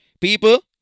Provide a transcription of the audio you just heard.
People